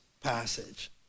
passage